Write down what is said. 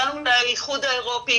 הגענו לאיחוד האירופי,